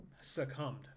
succumbed